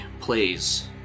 plays